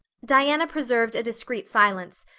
diana preserved a discreet silence,